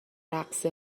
رقص